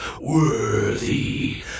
Worthy